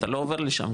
אתה לא עובר לשם,